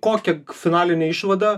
kokią finalinę išvadą